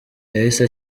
yahise